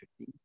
15